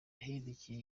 yahindukiye